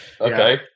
okay